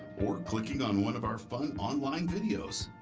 or clicking on one of our fun online videos.